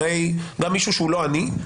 גם מישהו שהוא לא אני,